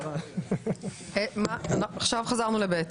5 עד